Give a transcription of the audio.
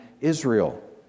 Israel